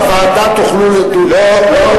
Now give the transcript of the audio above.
בוועדה תוכלו לדון.